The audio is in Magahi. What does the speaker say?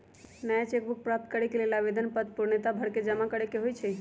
नया चेक बुक प्राप्त करेके लेल आवेदन पत्र पूर्णतया भरके जमा करेके होइ छइ